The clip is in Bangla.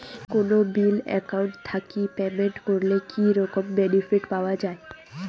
কোনো বিল একাউন্ট থাকি পেমেন্ট করলে কি রকম বেনিফিট পাওয়া য়ায়?